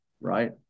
right